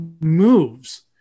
moves